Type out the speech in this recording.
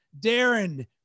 Darren